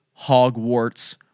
Hogwarts